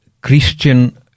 Christian